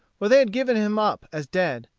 for they had given him up as dead.